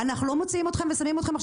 אנחנו לא מוציאים אתכם ושמים אתכם עכשיו